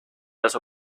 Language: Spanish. los